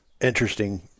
interesting